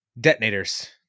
detonators